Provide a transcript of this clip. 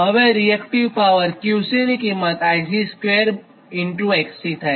હવે reactive power Qc ની કિંમત│ IC │2 Xc થાય